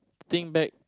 think back